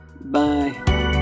bye